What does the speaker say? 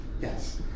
Yes